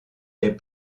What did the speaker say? des